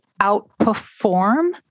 outperform